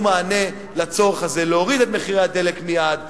מענה לצורך הזה להוריד את מחירי הדלק מייד,